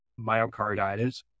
myocarditis